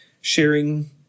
sharing